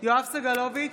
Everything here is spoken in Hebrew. יואב סגלוביץ'